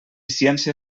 ciència